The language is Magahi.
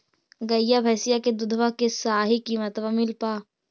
गईया भैसिया के दूधबा के सही किमतबा मिल पा?